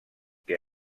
que